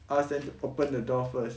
ask them to open the door first